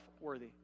worthy